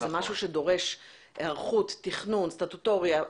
זה משהו שדורש היערכות, תכנון, סטטוטוריה.